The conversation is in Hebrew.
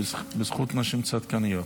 בזכות נשים צדקניות.